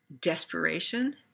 desperation